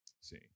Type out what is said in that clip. See